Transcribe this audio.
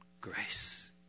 grace